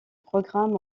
programmes